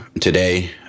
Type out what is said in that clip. Today